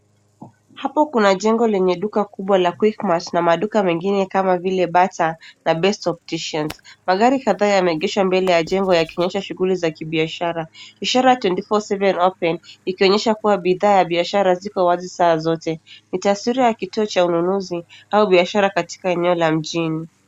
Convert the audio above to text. Hapo kuna jengo lenye duka kubwa la Quickmart na maduka mengine kama vile Bata na best opticians . Magari kadhaa yameegeshwa mbele ya jengo yakionyesha shughuli za kibiashara. Ishara ya twenty four seven open ikionyesha kuwa bidhaa ya biashara ziko wazi saa zote. Ni taswira ya kituo cha ununuzi au biashara katika eneo la mjini.